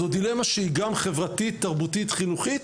זו דילמה שהיא גם חברתית, תרבותית, חינוכית,